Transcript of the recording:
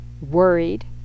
worried